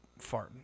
farting